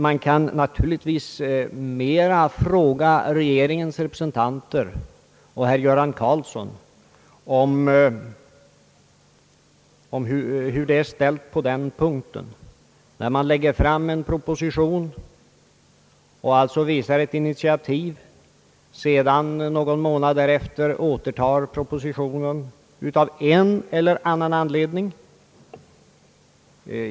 Man bör naturligtvis hellre fråga regeringens representanter och herr Göran Karlsson om hur det är ställt på den punkten, när regeringen lägger fram en proposition och alltså visar initiativ men sedan någon månad därefter återtar propositionen av en eller annan anledning.